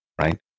right